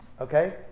Okay